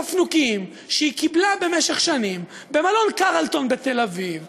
תפנוקים שהיא קיבלה במשך שנים במלון "קרלטון" בתל-אביב?